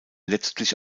letztlich